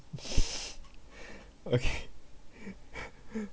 okay